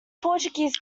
portuguese